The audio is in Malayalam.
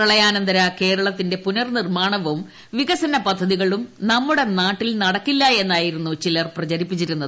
പ്രളയാനന്തര കേരളത്തിന്റെ പുനർനിർമാണവും വികസന പദ്ധതികളും നമ്മുടെ നാട്ടിൽ നടക്കില്ല എന്നായിരുന്നു ചിലർ പ്രചരിപ്പിച്ചിരുന്നത്